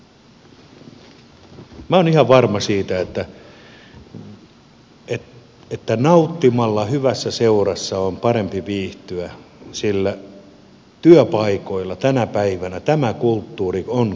minä olen ihan varma siitä että nauttimalla hyvässä seurassa on parempi viihtyä sillä työpaikoilla tänä päivänä tämä kulttuuri on kohtalokasta